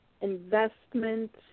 investment